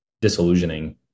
disillusioning